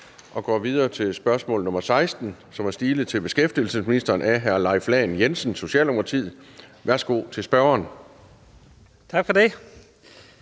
Vi går videre til spørgsmål nr. 16, som er stilet til beskæftigelsesministeren af hr. Leif Lahn Jensen, Socialdemokratiet. Kl. 14:42 Spm. nr. S 320 16)